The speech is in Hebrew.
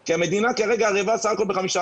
כי המדינה ערבה כרגע בסך הכול ב-15%.